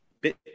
bit